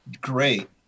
great